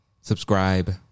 subscribe